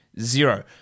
Zero